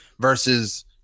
versus